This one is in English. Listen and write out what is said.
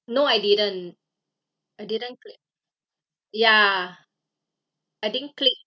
no I didn't I didn't click ya I didn't click